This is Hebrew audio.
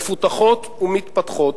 מפותחות ומתפתחות,